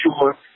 sure